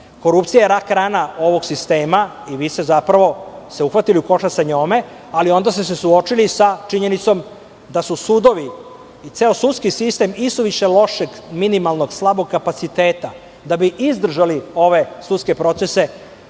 Korupcija je rak rana ovog sistema i vi ste se uhvatili u koštac sa njome, ali onda ste se suočili sa činjenicom da su sudovi i ceo sudski sistem isuviše lošeg minimalnog, slabog kapaciteta da bi izdržali ove sudske procese,